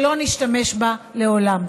ושלא נשתמש בה לעולם.